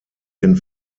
den